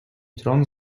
tron